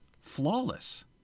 flawless